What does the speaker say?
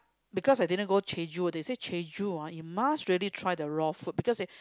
because I didn't go Jeju they say Jeju ah you must really try the raw food because they